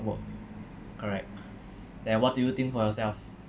work correct then what do you think for yourself